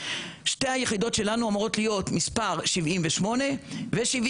שתי היחידות שלנו אמורות להיות מספר 78 ו-79,